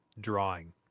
drawing